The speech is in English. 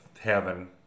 heaven